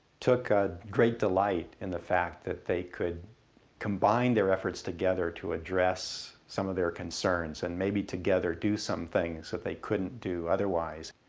took a great delight in the fact that they could combine their efforts together to address some of their concerns, and maybe together do some things that they couldn't do otherwise.